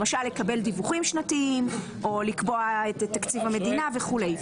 למשל לקבל דיווחים שנתיים או לקבוע את תקציב המדינה וכולי.